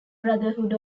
brotherhood